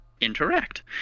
interact